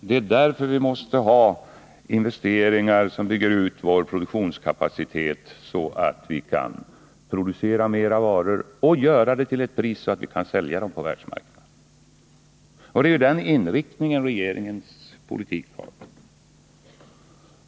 Det är därför vi måste göra investeringar för att bygga ut vår produktionskapacitet, så att vi kan producera mera varor till ett pris som gör att vi kan sälja dem på världsmarknaden. Det är ju den inriktningen regeringens politik har.